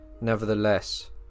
nevertheless